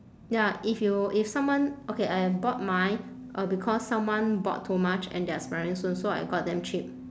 ya if you if someone okay I bought mine uh because someone bought too much and they're expiring soon so I got them cheap